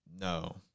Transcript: No